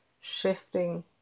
shifting